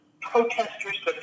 protesters